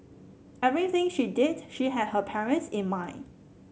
everything she did she had her parents in mind